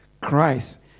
Christ